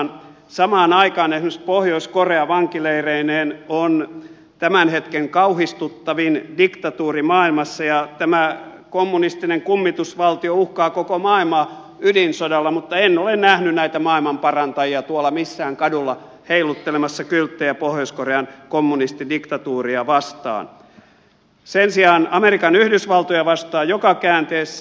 samaan aikaan esimerkiksi pohjois korea vankileireineen on tämän hetken kauhistuttavin diktatuuri maailmassa ja tämä kommunistinen kummitusvaltio uhkaa koko maailmaa ydinsodalla mutta en ole nähnyt näitä maailmanparantajia missään kadulla heiluttelemassa kylttejä pohjois korean kommunistidiktatuuria vastaan sen sijaan amerikan yhdysvaltoja vastaan joka käänteessä